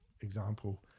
example